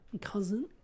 cousin